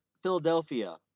Philadelphia